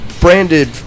branded